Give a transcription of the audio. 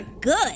good